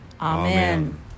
Amen